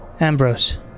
Ambrose